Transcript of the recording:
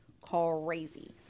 crazy